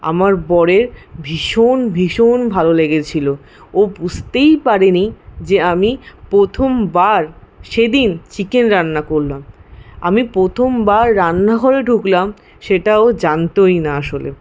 আমার বরের ভীষণ ভীষণ ভালো লেগেছিলো ও বুঝতেই পারেনি যে আমি প্রথমবার সেদিন চিকেন রান্না করলাম আমি প্রথমবার রান্নাঘরে ঢুকলাম সেটা ও জানতই না আসলে